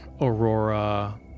Aurora